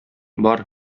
бар